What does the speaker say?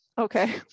okay